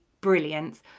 brilliant